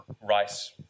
rice